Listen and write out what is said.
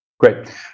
Great